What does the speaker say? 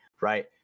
right